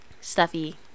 stuffy